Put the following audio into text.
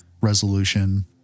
resolution